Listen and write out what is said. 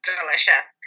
delicious